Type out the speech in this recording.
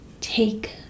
Take